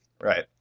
Right